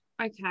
Okay